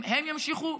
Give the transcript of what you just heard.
הן ימשיכו,